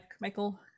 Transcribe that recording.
Michael